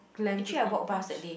glam to eat !ouch!